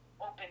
open